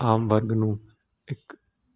ਆਮ ਵਰਗ ਨੂੰ ਇੱਕ